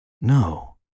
No